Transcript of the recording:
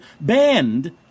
banned